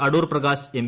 Adoor Prakash M